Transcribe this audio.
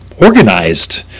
organized